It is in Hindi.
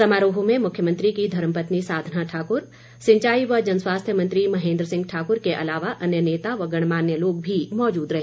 समारोह में मुख्यमंत्री की धर्मपत्नी साधना ठाकुर सिंचाई व जन स्वास्थ्य मंत्री महेन्द्र सिंह ठाकुर के अलावा अन्य नेता व गणमान्य लोग भी मौजूद रहे